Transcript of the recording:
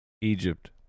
Egypt